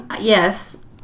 Yes